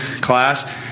class